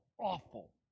awful